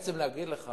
אני רוצה להגיד לך